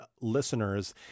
listeners